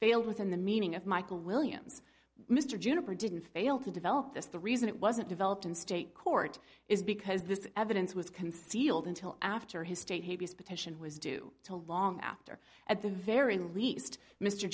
failed within the meaning of michael williams mr juniper didn't fail to develop this the reason it wasn't developed in state court is because this evidence was concealed until after his state habeas petition was due to long after at the very least mr